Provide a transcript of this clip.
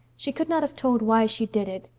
she could not have told why she did it.